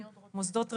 מוסדות רפואיים,